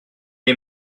les